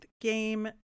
game